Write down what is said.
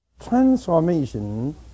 Transformation